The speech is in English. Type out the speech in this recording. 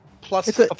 plus